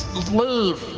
leave.